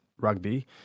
Rugby